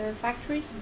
factories